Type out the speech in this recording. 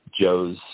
Joe's